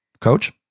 Coach